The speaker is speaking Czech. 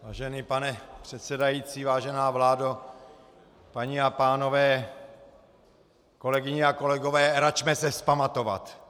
Vážený pane předsedající, vážená vládo, paní a pánové, kolegyně a kolegové, račme se vzpamatovat!